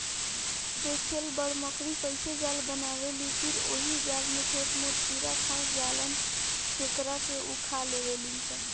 देखेल बड़ मकड़ी कइसे जाली बनावेलि फिर ओहि जाल में छोट मोट कीड़ा फस जालन जेकरा उ खा लेवेलिसन